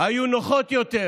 היו נוחות יותר.